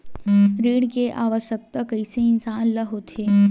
ऋण के आवश्कता कइसे इंसान ला होथे?